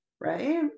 Right